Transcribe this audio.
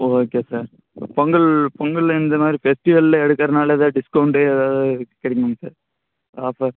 okay sir Pongal பொங்கலில் இந்த மாதிரி ஃபெஸ்டிவல்லில் எடுக்குறதுனால எதாவது டிஸ்கவுண்ட்டு எதாவது கெடைக்குமாங்க சார் ஆஃபர்